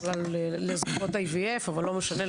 בכלל לזריקות IVF אבל לא משנה,